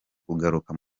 kugaruka